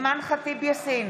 אימאן ח'טיב יאסין,